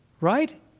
Right